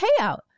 payout